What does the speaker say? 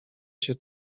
cię